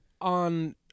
on